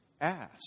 ask